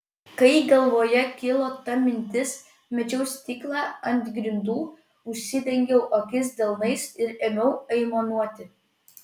kai galvoje kilo ta mintis mečiau stiklą ant grindų užsidengiau akis delnais ir ėmiau aimanuoti